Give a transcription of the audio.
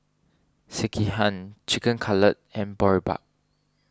Sekihan Chicken Cutlet and Boribap